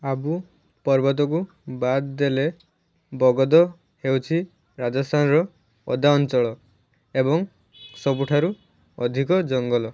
ଆବୁ ପର୍ବତକୁ ବାଦ ଦେଲେ ବଗଦ ହେଉଛି ରାଜସ୍ଥାନର ଓଦା ଅଞ୍ଚଳ ଏବଂ ସବୁଠାରୁ ଅଧିକ ଜଙ୍ଗଲ